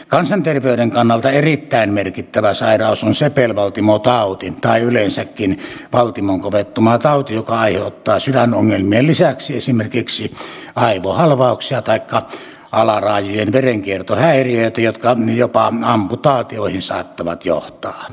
kansanterveyden kannalta erittäin merkittävä sairaus on sepelvaltimotauti tai yleensäkin valtimonkovettumatauti joka aiheuttaa sydänongelmien lisäksi esimerkiksi aivohalvauksia taikka alaraajojen verenkiertohäiriöitä jotka jopa amputaatioihin saattavat johtaa